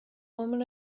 woman